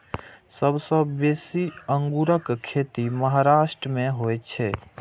सबसं बेसी अंगूरक खेती महाराष्ट्र मे होइ छै